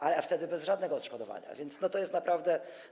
Ale wtedy bez żadnego odszkodowania, a więc to jest naprawdę.